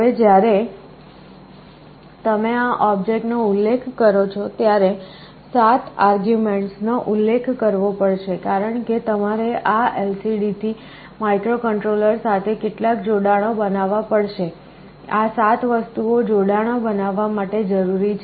હવે જ્યારે તમે આ ઑબ્જેક્ટ નો ઉલ્લેખ કરો છો ત્યારે 7 આર્ગ્યુમેન્ટ્સ નો ઉલ્લેખ કરવો પડશે કારણ કે તમારે આ LCD થી માઇક્રોકન્ટ્રોલર સાથે કેટલાક જોડાણો બનાવવા પડશે આ 7 વસ્તુઓ જોડાણો બનાવવા માટે જરૂરી છે